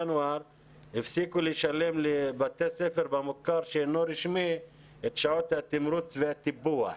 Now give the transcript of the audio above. הפסיקו לשלם לבתי ספר במוכר שאינו רשמי את שעות התמרוץ והטיפוח,